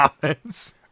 comments